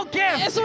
gift